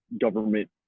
government